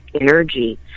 energy